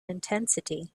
intensity